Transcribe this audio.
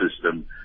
system